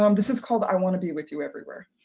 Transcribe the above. um this is called i want to be with you everywhere.